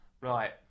Right